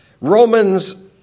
Romans